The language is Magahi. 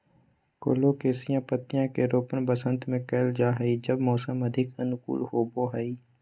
कोलोकेशिया पत्तियां के रोपण वसंत में कइल जा हइ जब मौसम अधिक अनुकूल होबो हइ